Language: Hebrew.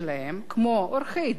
כמו עורכי-דין,